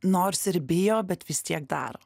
nors ir bijo bet vis tiek daro